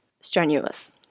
strenuous